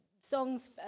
songs